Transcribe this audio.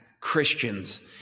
Christians